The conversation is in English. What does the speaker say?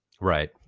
Right